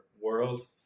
world